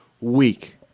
week